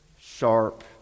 sharp